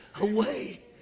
away